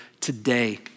today